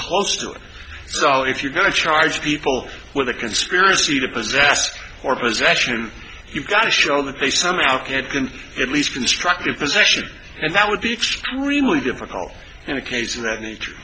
it so if you're going to charge people with a conspiracy to possess or possession you've got to show that they somehow can't can at least constructive possession and that would be extremely difficult and a case of that nature